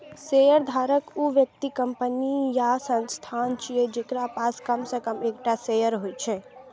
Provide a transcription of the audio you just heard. शेयरधारक ऊ व्यक्ति, कंपनी या संस्थान छियै, जेकरा पास कम सं कम एकटा शेयर होइ छै